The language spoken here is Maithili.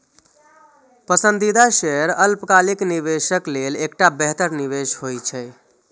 पसंदीदा शेयर अल्पकालिक निवेशक लेल एकटा बेहतर निवेश होइ छै